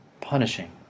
punishing